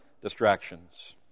distractions